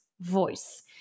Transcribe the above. voice